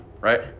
right